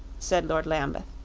said lord lambeth.